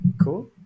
cool